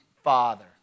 Father